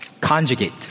conjugate